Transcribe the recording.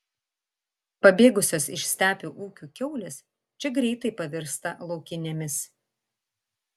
pabėgusios iš stepių ūkių kiaulės čia greitai pavirsta laukinėmis